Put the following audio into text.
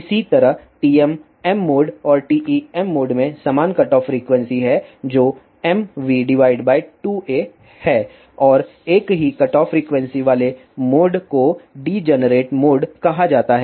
इसी तरह TMm mode और TEm मोड में समान कटऑफ फ्रीक्वेंसी है जो mv2a है और एक ही कटऑफ फ्रीक्वेंसी वाले मोड को डीजनरेट मोड कहा जाता है